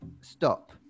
stop